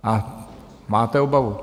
A máte obavu.